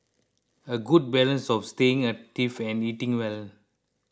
a good balance of staying active and eating well